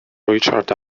richard